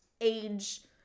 age